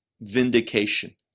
vindication